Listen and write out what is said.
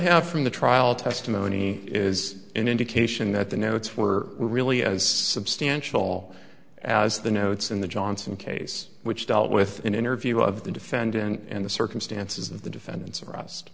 have from the trial testimony is an indication that the notes were really as substantial as the notes in the johnson case which dealt with an interview of the defendant and the circumstances of the defendant's arrest